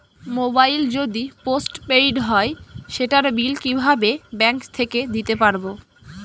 Mobile যদি post paid হয় সেটার বিল কিভাবে ব্যাংক থেকে দিতে পারব?